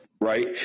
Right